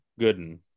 Gooden